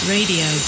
Radio